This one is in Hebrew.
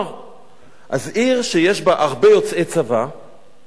עיר שיש בה הרבה יוצאי צבא נענשת.